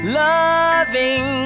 loving